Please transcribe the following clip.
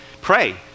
pray